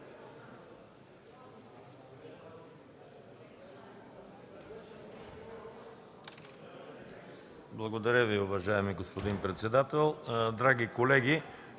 Благодаря Ви, уважаеми господин председател. Драги колеги,